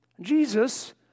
Jesus